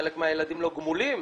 חלק מהילדים לא גמולים